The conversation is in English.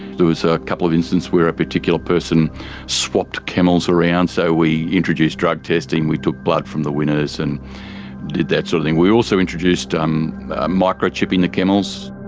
there was a couple of incidents where a particular person swapped camels around. so we introduced drug testing, we took blood from the winners and did that sort of thing. we also introduced um microchipping the camels.